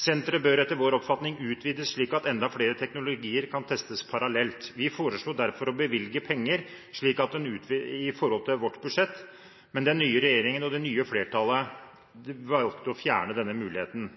Senteret bør etter vår oppfatning utvides, slik at enda flere teknologier kan testes parallelt. Vi foreslo derfor å bevilge penger i vårt budsjett, men den nye regjeringen og det nye flertallet valgte å fjerne denne muligheten.